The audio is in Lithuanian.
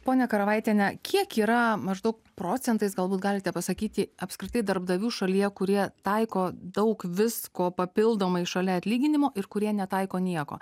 ponia karavaitiene kiek yra maždaug procentais galbūt galite pasakyti apskritai darbdavių šalyje kurie taiko daug visko papildomai šalia atlyginimo ir kurie netaiko nieko